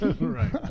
Right